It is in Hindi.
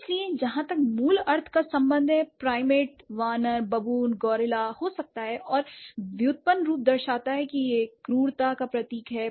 इसलिए जहाँ तक मूल अर्थ का संबंध है प्राइमेट वानर बबून गोरिल्ला हो सकता है और व्युत्पन्न रूप दर्शाता की यह क्रूरता का प्रतीक है